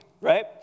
right